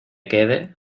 quede